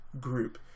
group